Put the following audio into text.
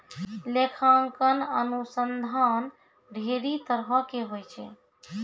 लेखांकन अनुसन्धान ढेरी तरहो के होय छै